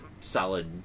solid